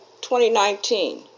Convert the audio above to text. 2019